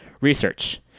Research